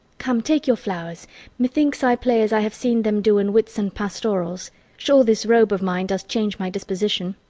come, take your flowers methinks i play as i have seen them do in whitsun pastorals sure, this robe of mine does change my disposition.